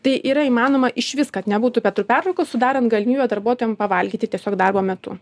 tai yra įmanoma išvis kad nebūtų pietų pertraukos sudarant galimybę darbuotojam pavalgyti tiesiog darbo metu